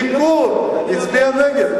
הליכוד הצביע נגד.